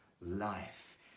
life